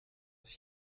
sich